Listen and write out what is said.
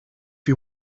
you